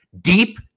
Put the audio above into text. Deep